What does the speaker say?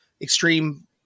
Extreme